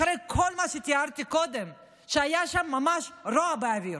אחרי כל מה שתיארתי קודם, שהיה שם ממש רוע באוויר?